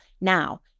Now